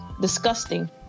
Disgusting